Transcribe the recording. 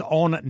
on